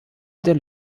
der